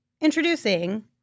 introducing